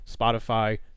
Spotify